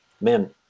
man